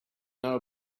know